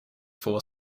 four